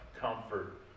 comfort